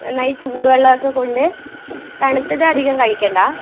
നന്നായി ചൂടുവെള്ളമൊക്കെക്കൊണ്ട് തണുത്തത് അധികം കഴിക്കേണ്ട